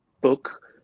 book